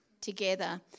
together